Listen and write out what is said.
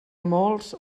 molts